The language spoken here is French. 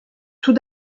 tout